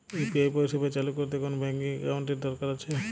UPI পরিষেবা চালু করতে কোন ব্যকিং একাউন্ট এর কি দরকার আছে?